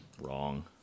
wrong